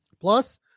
Plus